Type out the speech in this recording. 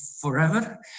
forever